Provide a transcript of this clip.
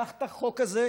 קח את החוק הזה,